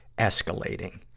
escalating